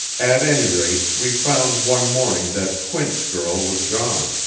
at any rate, we found one morning that quint's girl was gone.